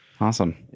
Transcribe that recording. awesome